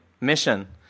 mission